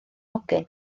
hogyn